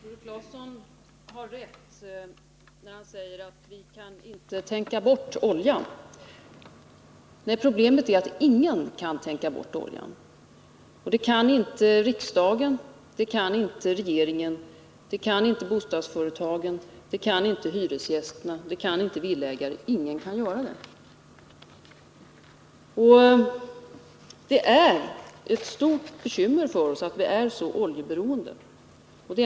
Herr talman! Tore Claeson har rätt när han säger att vi inte kan tänka bort oljan. Problemet är att ingen kan tänka bort den — det kan inte riksdagen, det kan inte regeringen, det kan inte bostadsföretagen, det kan inte hyresgästerna, det kan inte villaägarna. Ingen kan göra det. Det är ett stort bekymmer för oss att vi är så oljeberoende.